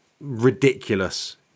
ridiculous